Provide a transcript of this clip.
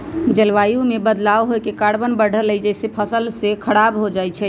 जलवायु में बदलाव होए से कार्बन बढ़लई जेसे फसल स खराब हो जाई छई